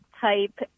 type